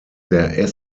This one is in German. der